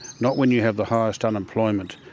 not when you have the highest unemployment,